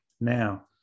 Now